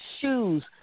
shoes